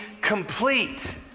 complete